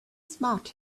smart